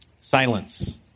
Silence